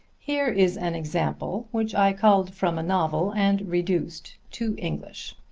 here is an example which i culled from a novel and reduced to english